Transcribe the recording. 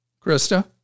Krista